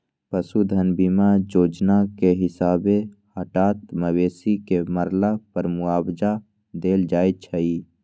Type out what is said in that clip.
पशु धन बीमा जोजना के हिसाबे हटात मवेशी के मरला पर मुआवजा देल जाइ छइ